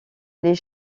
les